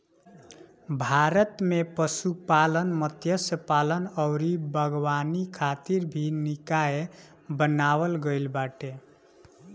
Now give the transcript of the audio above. भारत में पशुपालन, मत्स्यपालन अउरी बागवानी खातिर भी निकाय बनावल गईल बाटे